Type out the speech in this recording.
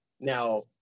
Now